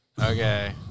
Okay